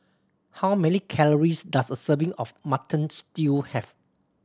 how many calories does a serving of Mutton Stew have